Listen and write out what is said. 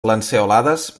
lanceolades